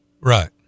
Right